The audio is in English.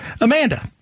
Amanda